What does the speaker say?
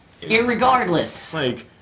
Irregardless